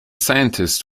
scientists